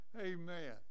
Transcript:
Amen